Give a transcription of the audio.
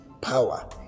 power